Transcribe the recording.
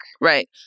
right